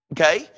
Okay